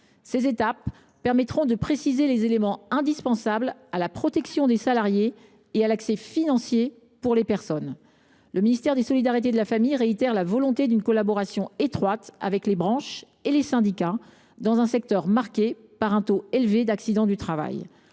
Ces étapes permettront de préciser les éléments indispensables à la protection des salariés et à l’accès financier pour les personnes. Le ministère des solidarités et des familles réitère sa volonté d’une collaboration étroite avec les branches et les syndicats, dans un secteur marqué par un taux élevé d’accidents du travail.